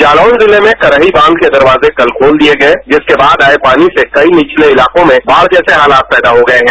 जालौन जिले में करही बांव के दरवाजे कल खोल दिए गए जिसके बाद आए पानी से कई निवले इलाकों में बाढ़ जैसे हालात पैदा हो गए हैं